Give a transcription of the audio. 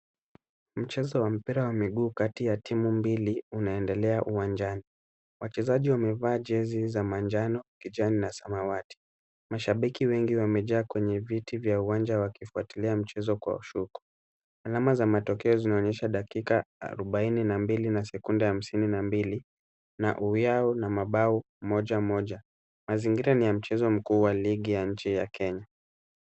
Mchezo wa mpira wa miguu kati ya timu mbili unaendelea uwanjani. Wachezaji wamevaa jezi za manjano, kijani na samawati. Mashabiki wengi wamejaa kwenye viti vya uwanja wakifuatilia mchezo kwa ushuku. Alama za matokeo zinaonyesha dakika arubaini na mbili na sekunde hamsini na mbili na uwiao mabao moja moja. Mazingira ni ya mchezo mkuu wa ligi ya nchi ya Kenya.